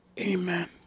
amen